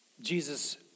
Jesus